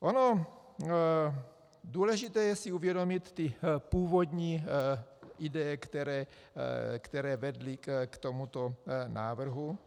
Ono důležité je si uvědomit ty původní ideje, které vedly k tomuto návrhu,